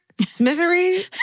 smithery